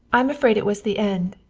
i am afraid it was the end.